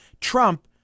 Trump